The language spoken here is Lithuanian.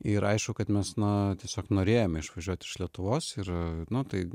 ir aišku kad mes na tiesiog norėjome išvažiuoti iš lietuvos ir nu tai